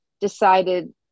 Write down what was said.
decided